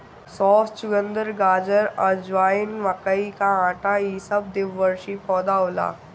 सौंफ, चुकंदर, गाजर, अजवाइन, मकई के आटा इ सब द्विवर्षी पौधा होला